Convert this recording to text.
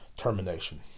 termination